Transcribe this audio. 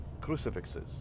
crucifixes